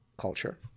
culture